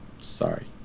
Sorry